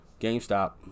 GameStop